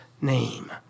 name